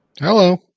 Hello